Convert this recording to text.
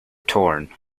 torn